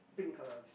pink colour